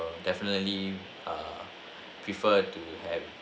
definitely err prefer to have